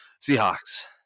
Seahawks